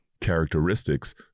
characteristics